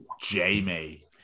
Jamie